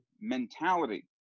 mentality